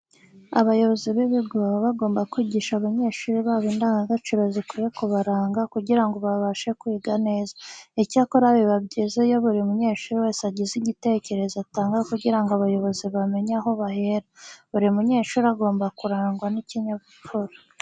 Abayobozi b'ibigo baba bagomba kwigisha abanyeshuri babo indangagaciro zikwiye kubaranga kugira ngo babashe kwiga neza. Icyakora biba byiza iyo buri munyeshuri wese agize igitekerezo atanga kugira ngo abayobozi bamenye aho bahera. Buri munyeshuri agomba kurangwa n'ikinyabupfura.